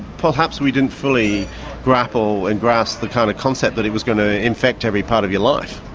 perhaps we didn't fully grapple and grasp the kind of concept that it was going to infect every part of your life,